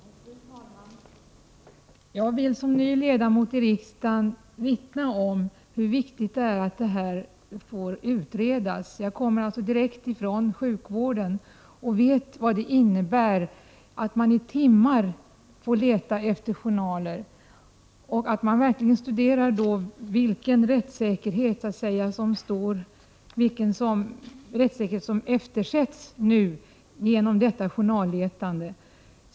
Fru talman! Jag vill som ny ledamot i riksdagen vittna om hur viktigt det är att det här får utredas. Jag kommer direkt från sjukvården och vet vad det innebär när man i timmar får leta efter journaler. Det är verkligen viktigt att studera vilken rättssäkerhet som blir eftersatt genom detta journalletande.